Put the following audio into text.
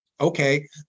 Okay